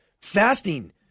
Fasting